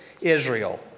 Israel